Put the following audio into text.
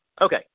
Okay